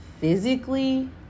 physically